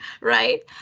right